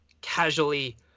casually